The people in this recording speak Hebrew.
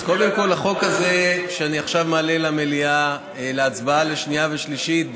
אז קודם כול החוק הזה שאני עכשיו מעלה למליאה להצבעה לשנייה ושלישית,